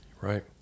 Right